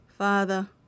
Father